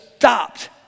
Stopped